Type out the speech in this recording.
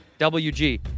wg